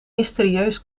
mysterieus